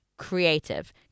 creative